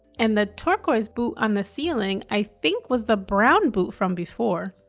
and the turquoise boot on the ceiling, i think was the brown boot from before.